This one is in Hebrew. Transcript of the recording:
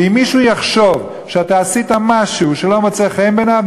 ואם מישהו יחשוב שאתה עשית משהו שלא מוצא חן בעיניו,